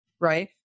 right